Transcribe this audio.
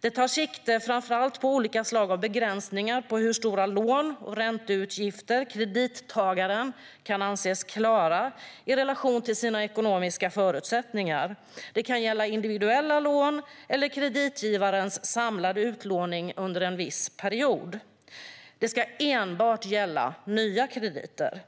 Detta tar sikte på framför allt olika slag av begränsningar av hur stora lån och ränteutgifter kredittagaren kan anses klara i relation till sina ekonomiska förutsättningar. Det kan gälla individuella lån eller kreditgivarens samlade utlåning under en viss period. Det ska enbart gälla nya krediter.